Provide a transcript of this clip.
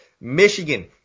Michigan